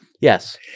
yes